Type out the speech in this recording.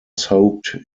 soaked